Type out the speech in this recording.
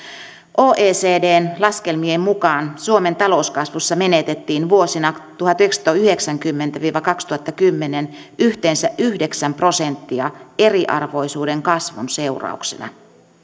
oecdn laskelmien mukaan suomen talouskasvussa menetettiin vuosina tuhatyhdeksänsataayhdeksänkymmentä viiva kaksituhattakymmenen yhteensä yhdeksän prosenttia eriarvoisuuden kasvun seurauksena